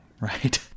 right